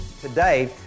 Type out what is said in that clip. Today